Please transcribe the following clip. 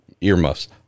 earmuffs